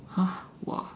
!huh! !wah!